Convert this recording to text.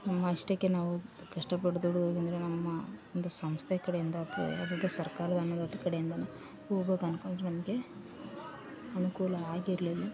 ನಮ್ಮಷ್ಟಕ್ಕೆ ನಾವು ಕಷ್ಟ ಪಡೋದ್ ದುಡ್ದು ಬಂದರೆ ನಮ್ಮ ಒಂದು ಸಂಸ್ಥೆ ಕಡೆಯಿಂದ ಅಥ್ವ ಯಾವುದಾದರು ಸರ್ಕಾರದ ಅನುದಾನ ಕಡೆಯಿಂದನೋ ಹೋಗೋಕ್ಕೆ ಅನುಕೂಲ ನಮಗೆ ಅನುಕೂಲ ಆಗಿರಲಿಲ್ಲ